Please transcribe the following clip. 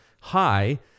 high